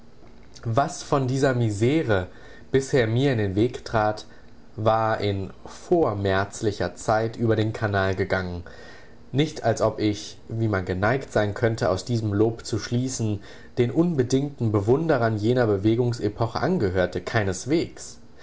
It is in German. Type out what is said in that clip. was von dieser misere bisher mir in den weg trat war in vormärzlicher zeit über den kanal gegangen nicht als ob ich wie man geneigt sein könnte aus diesem lob zu schließen den unbedingten bewunderern jener bewegungsepoche angehörte keineswegs